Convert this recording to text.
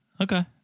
Okay